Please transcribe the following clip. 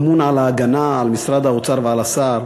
שאמון על ההגנה על משרד האוצר ועל השר,